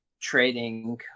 trading